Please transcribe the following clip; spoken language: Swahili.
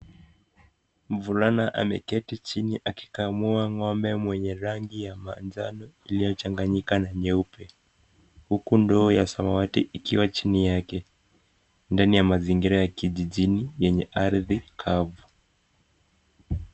Mvulana ameketi chini akikamua ng'ombe mwenye rangi ya manjano iliyo changanyika na nyeupe, huku ndoo ya samawati ikiwa chini yake ndani ya mazingira ya kijijini yenye ardhi kavu